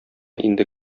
инде